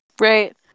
Right